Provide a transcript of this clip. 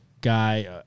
guy